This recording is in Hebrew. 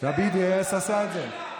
ה-BDS עשה את זה?